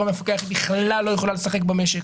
המפקח היא בכלל לא יכולה לשחק במשק